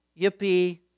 yippee